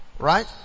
Right